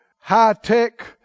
high-tech